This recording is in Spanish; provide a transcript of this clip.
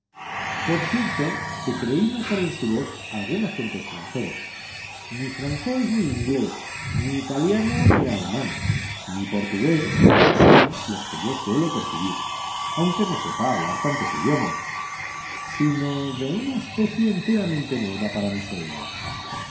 por cierto que creí notar en su voz algún acento extranjero ni francés ni inglés ni italiano ni alemán ni portugués que son los que yo suelo percibir aunque no sepa hablar tantos idiomas sino de una especie enteramente nueva para mis oídos